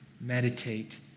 meditate